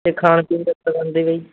ਅਤੇ ਖਾਣ ਪੀਣ ਬਾਈ